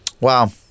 Wow